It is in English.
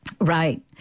Right